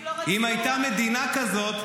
אם הייתה מדינה כזאת,